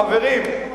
חברים,